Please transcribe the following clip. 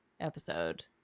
episode